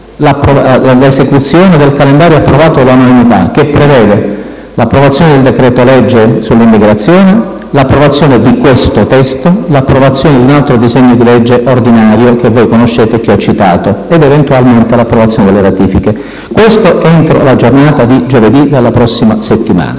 l'esecuzione del calendario approvato all'unanimità, che prevede l'approvazione del decreto-legge sull'immigrazione, l'approvazione di questo testo, l'approvazione di un altro disegno di legge ordinario, che voi conoscete e che ho citato, ed eventualmente l'approvazione delle ratifiche - questo, entro la giornata di giovedì della prossima settimana